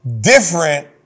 different